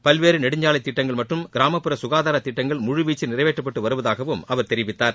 பல்வேறு நெடுஞ்சாலை திட்டங்கள் மற்றம் கிராமப்பற குகாதார திட்டங்கள் முழுவீச்சில் நிறைவேற்றப்பட்டு வருவதாகவும் அவர் தெரிவித்தார்